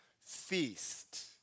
feast